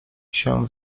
się